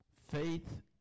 Faith